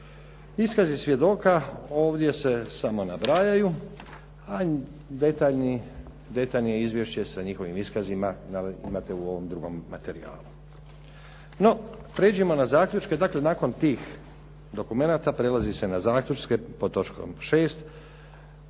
Iskazi svjedoka ovdje se samo nabrajaju, a detaljno izvješće sa njihovim iskazima imate u ovom drugom materijalu. No, pređimo na zaključke. Dakle, nakon tih dokumenata prelazi se na zaključke pod točkom 6.